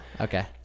okay